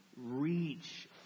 Reach